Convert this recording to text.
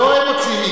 לא הם מוציאים,